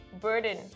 burden